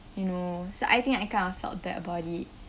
you know so I think I kind of felt bad about it